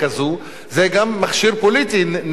זה גם מכשיר פוליטי נלעג,